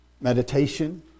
meditation